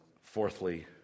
fourthly